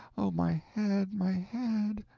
oh, my head, my head!